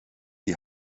die